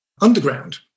underground